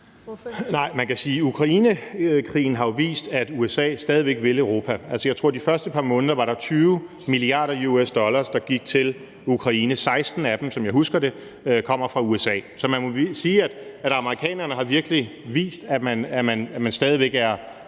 : Man kan sige, at Ukrainekrigen jo har vist, at USA stadig væk vil Europa. Jeg tror, at der de første par måneder blev givet 20 mia. dollar til Ukraine, og 16 af dem kom, som jeg husker det, fra USA. Så man må sige, at amerikanerne virkelig har vist, at man stadig væk er